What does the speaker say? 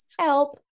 Help